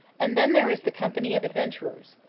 and then there is the company of adventurers,